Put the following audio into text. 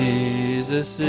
Jesus